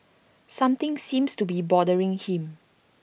something seems to be bothering him